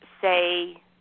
say